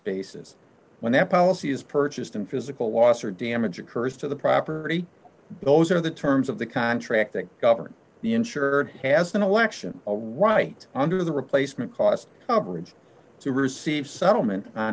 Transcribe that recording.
basis when that policy is purchased and physical loss or damage occurs to the property those are the terms of the contract that government the insured has an election a right under the replacement cost coverage to receive settlement on